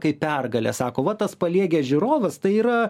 kaip pergalę sako va tas paliegęs žiūrovas tai yra